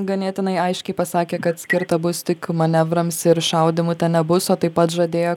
ganėtinai aiškiai pasakė kad skirta bus tik manevrams ir šaudymų ten nebus o taip pat žadėjo